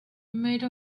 made